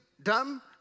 Dumb